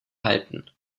halten